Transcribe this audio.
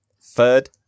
Third